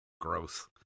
gross